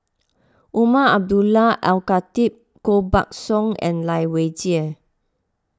Umar Abdullah Al Khatib Koh Buck Song and Lai Weijie